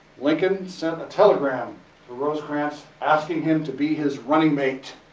lincoln sent a telegram to rosecrans asking him to be his running mate.